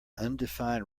undefined